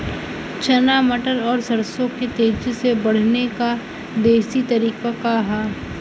चना मटर और सरसों के तेजी से बढ़ने क देशी तरीका का ह?